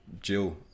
Jill